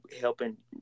helping